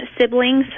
siblings